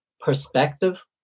perspective